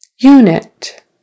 Unit